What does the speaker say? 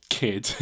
kid